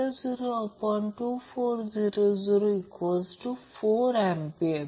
आणि C हा 50 microfarad दिले आहे म्हणून 5010 6 फॅरड आणि तो L आहे